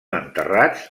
enterrats